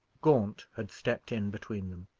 gaunt had stepped in between them.